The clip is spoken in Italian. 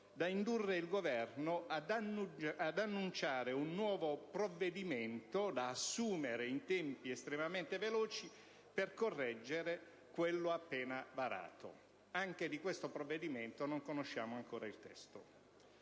da indurre il Governo ad annunciare un nuovo provvedimento, da assumere in tempi estremamente veloci, per correggere quello appena varato. Anche di questo provvedimento non conosciamo ancora il testo.